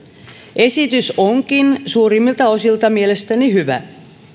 esitys onkin suurimmilta osiltaan mielestäni hyvä